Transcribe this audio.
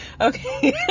Okay